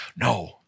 No